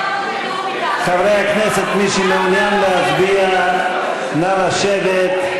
זה הזמן להוכיח שאתה יודע לעבוד, חברי הכנסת,